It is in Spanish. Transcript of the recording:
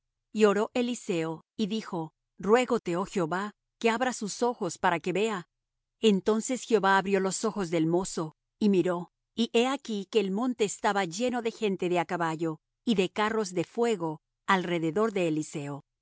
y oró eliseo y dijo ruégote oh jehová que abras sus ojos para que vea entonces jehová abrió los ojos del mozo y miró y he aquí que el monte estaba lleno de gente de á caballo y de carros de fuego alrededor de eliseo